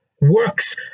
works